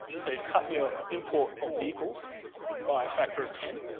so you've cut your import of vehicles by a factor of ten.